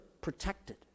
protected